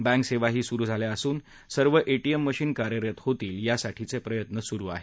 bank सेवाही सुरु झाल्या असून सर्व एटीएम मशीन कार्यरत होतील यासाठीचे प्रयत्न सुरु आहेत